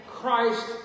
Christ